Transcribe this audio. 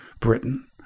Britain